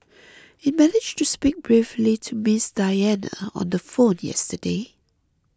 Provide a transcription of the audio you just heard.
it managed to speak briefly to Miss Diana on the phone yesterday